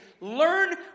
Learn